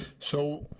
so